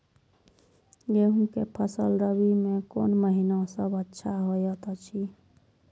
गेहूँ के फसल रबि मे कोन महिना सब अच्छा होयत अछि?